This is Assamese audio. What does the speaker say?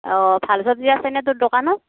অঁ ভাল চব্জি আছেনে তোৰ দোকানত